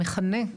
המכנה,